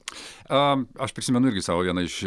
a aš prisimenu ir savo viena iš